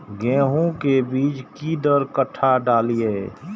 गेंहू के बीज कि दर कट्ठा डालिए?